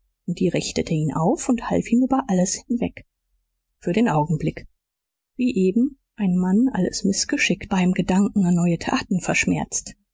die richtete ihn auf und half ihm über alles hinweg für den augenblick wie eben ein mann alles mißgeschick beim gedanken an neue taten verschmerzt